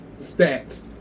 stats